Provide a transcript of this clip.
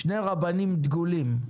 שני רבנים דגולים.